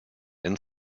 and